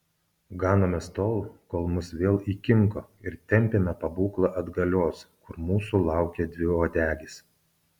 ganomės tol kol mus vėl įkinko ir tempiame pabūklą atgalios kur mūsų laukia dviuodegis